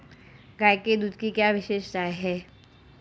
गाय के दूध की क्या विशेषता है?